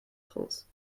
france